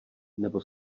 nebo